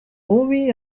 bubi